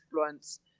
influence